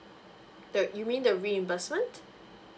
the you mean the reimbursement